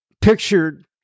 pictured